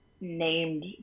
named